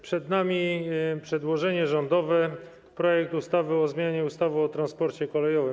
Przed nami przedłożenie rządowe, projekt ustawy o zmianie ustawy o transporcie kolejowym.